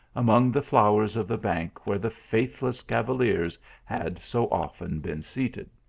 among the flowers of the bank where the faithless cavaliers had so often been seated.